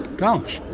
gosh.